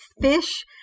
fish